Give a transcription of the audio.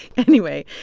anyway,